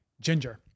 Ginger